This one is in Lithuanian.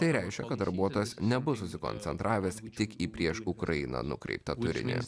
tai reišia kad darbuotojas nebus susikoncentravęs tik į prieš ukrainą nukreiptą turinį